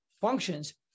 functions